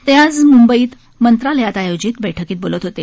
ते आज मुंबईमध्ये मंत्रालयात आयोजित बैठकीत बोलत होते